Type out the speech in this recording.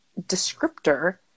descriptor